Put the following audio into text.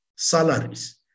salaries